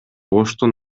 оштун